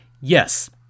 Yes